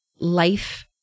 life